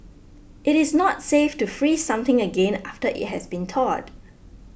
it is not safe to freeze something again after it has thawed